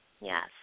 Yes